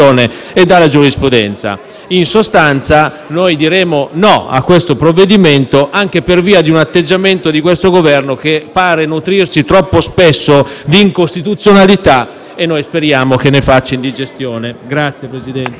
noi diremo no al provvedimento in esame, anche per via di un atteggiamento di questo Governo, che pare nutrirsi troppo spesso di incostituzionalità e noi speriamo che ne faccia indigestione. *(Applausi